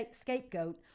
scapegoat